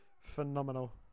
phenomenal